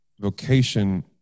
vocation